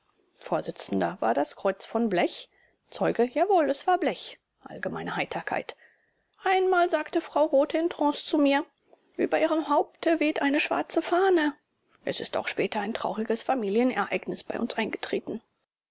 vors war das kreuz von blech zeuge jawohl es war blech allgemeine heiterkeit einmal sagte frau rothe im trance zu mir über eurem haupte weht eine schwarze fahne es ist auch später ein trauriges familienereignis bei uns eingetreten